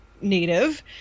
native